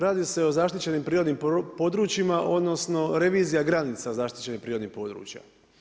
Radi se o zaštićenim prirodnim područjima odnosno revizija granica zaštićenih prirodnih područja.